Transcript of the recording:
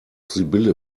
sibylle